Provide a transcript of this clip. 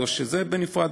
או שזה בנפרד,